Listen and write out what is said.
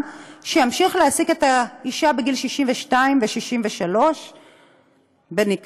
שימשיך להעסיק אישה בגיל 62 ו-63 בניקיון,